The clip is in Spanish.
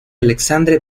alexandre